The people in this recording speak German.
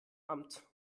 amt